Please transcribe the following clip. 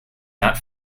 not